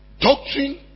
doctrine